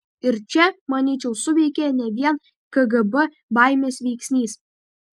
ir čia manyčiau suveikė ne vien kgb baimės veiksnys